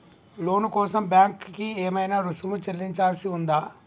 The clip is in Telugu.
లోను కోసం బ్యాంక్ కి ఏమైనా రుసుము చెల్లించాల్సి ఉందా?